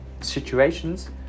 situations